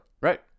Right